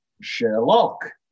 Sherlock